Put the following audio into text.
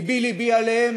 לבי-לבי להם,